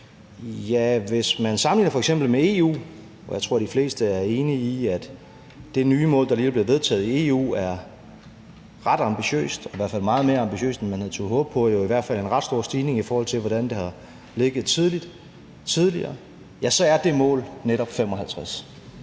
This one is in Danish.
Ja, hvis man sammenligner f.eks. med EU – og jeg tror, de fleste er enige i, at det nye mål, der lige er blevet vedtaget i EU, er ret ambitiøst, i hvert fald meget mere ambitiøst, end man havde turdet håbe på, og jo i hvert fald er en ret stor stigning i forhold til, hvordan det har ligget tidligere – så er det mål netop 55.